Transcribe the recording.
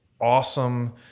awesome